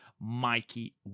Mikey